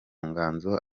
nganzo